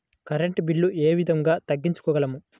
Current bill ఏ విధంగా తగ్గించుకోగలము?